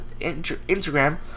Instagram